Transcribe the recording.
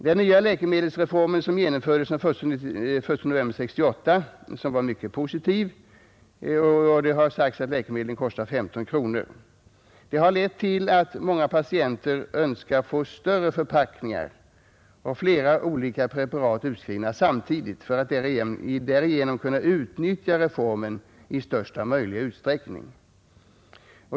Den nya läkemedelsreformen, som genomfördes den 1 november 1968 och sem var mycket positiv — det har sagts att den innebär att läkemedlen kostar 15 kronor — har lett till att många patienter önskar få större förpackningar och flera olika preparat utskrivna samtidigt för att därigenom kunna utnyttja reformen i största möjliga utsträckning.